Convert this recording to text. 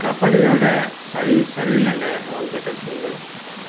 கம்பெனியோட சர்வீஸ் சரியில்லன்னு அவங்ககிட்ட சொல்